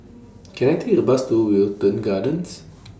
Can I Take A Bus to Wilton Gardens